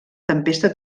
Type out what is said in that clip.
tempesta